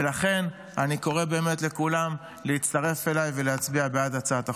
ולכן אני קורא באמת לכולם להצטרף אליי ולהצביע בעד הצעת החוק.